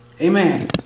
Amen